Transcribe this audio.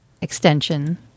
extension